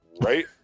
right